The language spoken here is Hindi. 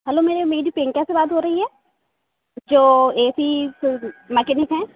हलो मेरी मेडी प्रियंका बात हो रही है जो ए सी फ्रिज मैकेनिक हैं